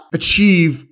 achieve